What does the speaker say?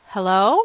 Hello